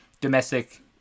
domestic